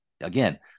again